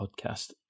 podcast